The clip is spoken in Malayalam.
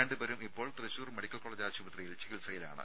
രണ്ടുപേരും ഇപ്പോൾ തൃശൂർ മെഡിക്കൽ കോളേജ് ആശുപത്രിയിൽ ചികിത്സയിലാണ്